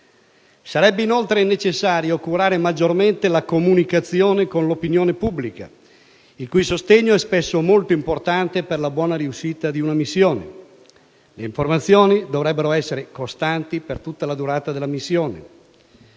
Sarebbe inoltre necessario curare maggiormente la comunicazione con l'opinione pubblica, il cui sostegno è spesso molto importante per la buona riuscita di una missione. Le informazioni dovrebbero essere costanti per tutta la durata della missione.